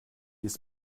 ist